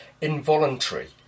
involuntary